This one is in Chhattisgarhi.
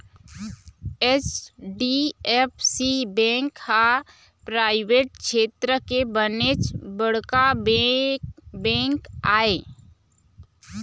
एच.डी.एफ.सी बेंक ह पराइवेट छेत्र के बनेच बड़का बेंक आय